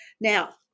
Now